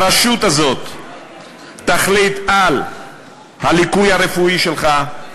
הרשות הזאת תחליט על הליקוי הרפואי שלך,